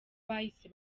bahise